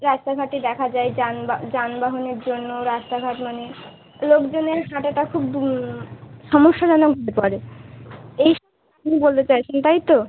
রাস্তাঘাটে দেখা যায় যানবা যানবাহনের জন্য রাস্তাঘাট মানে লোকজনের হাঁটাটা খুব সমস্যাজনক হয়ে পড়ে এই সব আপনি বলতে চাইছেন তাই তো